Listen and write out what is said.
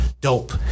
dope